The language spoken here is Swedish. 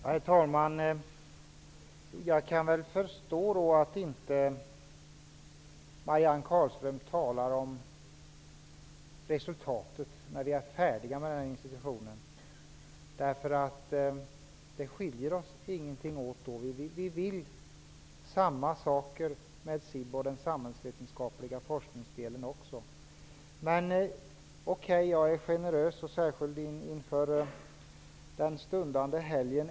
Herr talman! Jag kan förstå att Marianne Carlström inte talar om resultatet, när institutionen väl står färdig. Det skiljer oss ingenting åt i det läget. Vi vill detsamma med SIB och den samhällsvetenskapliga forskningsdelen. Okej, jag är generös, särskilt inför den stundande helgen.